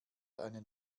einen